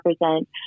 represent